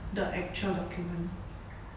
the actual document